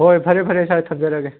ꯍꯣꯍꯣꯏ ꯐꯔꯦ ꯐꯔꯦ ꯁꯥꯔ ꯊꯝꯖꯔꯒꯦ